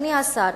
אדוני השר,